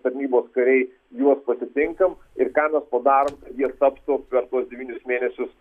tarnybos kariai juos pasitinkam ir ką mes padarom kad jie taptų per tuos devynis mėnesius